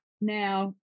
now